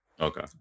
Okay